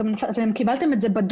גם קיבלתם את זה בדוח.